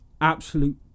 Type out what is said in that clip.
absolute